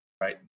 right